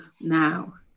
now